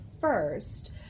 first